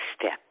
step